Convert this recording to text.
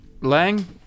Lang